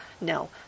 No